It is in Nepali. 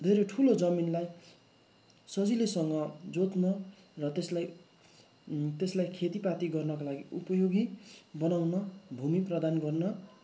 धेरै ठुलो जमिनलाई सजिलैसँग जोत्न र त्यसलाई त्यसलाई खेतीपाती गर्नका लागि उपयोगी बनाउन भूमि प्रदान गर्न